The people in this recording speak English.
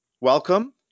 welcome